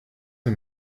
für